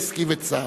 המגזר העסקי וצה"ל.